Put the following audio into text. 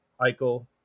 Eichel